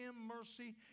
mercy